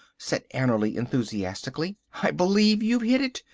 said annerly enthusiastically, i believe you've hit it.